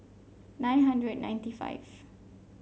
nine hundred and ninety five